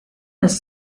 ist